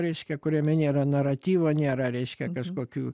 reiškia kuriame nėra naratyvo nėra reiškia kažkokių